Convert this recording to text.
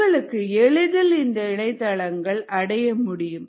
உங்களுக்கு எளிதில் இந்த இணையதளங்களை அடைய முடியும்